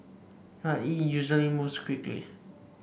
but it usually moves quickly